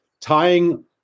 tying